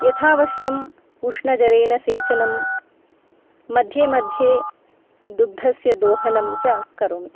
यथावश्यं उष्णजलेन सेचनं मध्ये मध्ये दुग्धस्य दोहनं च करोमि